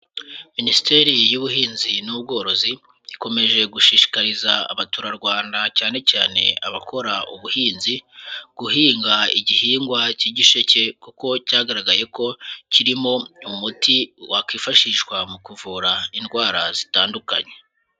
Minisiteri y'Ubuhinzi n'Ubworozi ikomeje gushishikariza abaturarwanda cyane cyane abakora ubuhinzi, guhinga igihingwa cy'igisheke kuko cyagaragaye ko kirimo umuti wakifashishwa mu kuvura indwara zitandukanye.